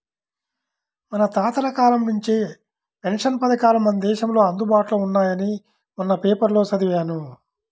మన తాతల కాలం నుంచే పెన్షన్ పథకాలు మన దేశంలో అందుబాటులో ఉన్నాయని మొన్న పేపర్లో చదివాను